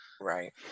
Right